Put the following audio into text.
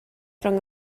rhwng